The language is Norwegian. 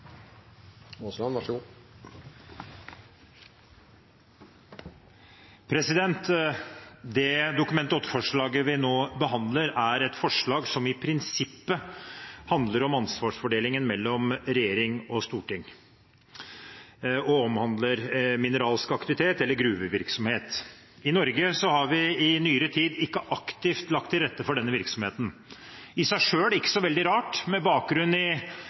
et forslag som i prinsippet handler om ansvarsfordelingen mellom regjering og storting, og omhandler mineralsk aktivitet eller gruvevirksomhet. I Norge har vi i nyere tid ikke aktivt lagt til rette for denne virksomheten – i seg selv ikke så veldig rart, med bakgrunn i